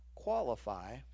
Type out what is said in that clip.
Qualify